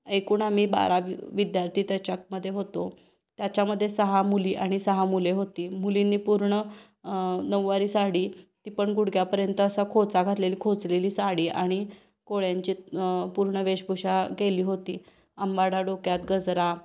एकूण आम्ही बारा वि विद्यार्थी त्याच्यामध्ये होतो त्याच्यामध्ये सहा मुली आणि सहा मुले होती मुलींनी पूर्ण नऊवारी साडी ती पण गुडघ्यापर्यंत असा खोचा घातलेली खोचलेली साडी आणि कोळ्यांची पूर्ण वेशभूषा केली होती आंबाडा डोक्यात गजरा